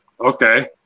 Okay